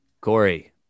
Corey